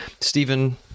Stephen